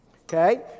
Okay